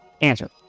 answer